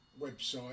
Website